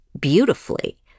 beautifully